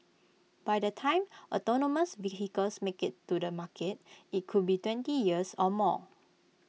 by the time autonomous vehicles make IT to the market IT could be twenty years or more